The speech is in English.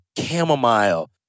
chamomile